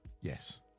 Yes